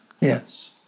yes